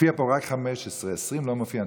מופיע פה רק 15, 20 לא מופיע.